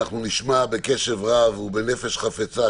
נשמע בקשב רב ובנפש חפצה,